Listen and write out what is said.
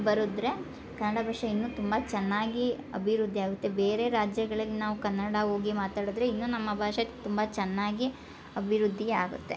ಬರೆದ್ರೆ ಕನ್ನಡ ಭಾಷೆ ಇನ್ನೂ ತುಂಬ ಚೆನ್ನಾಗಿ ಅಭಿವೃದ್ಧಿ ಆಗುತ್ತೆ ಬೇರೆ ರಾಜ್ಯಗಳಿಗೆ ನಾವು ಕನ್ನಡ ಹೋಗಿ ಮಾತಾಡಿದ್ರೆ ಇನ್ನೂ ನಮ್ಮ ಭಾಷೆ ತುಂಬ ಚೆನ್ನಾಗಿ ಅಭಿವೃದ್ಧಿ ಆಗುತ್ತೆ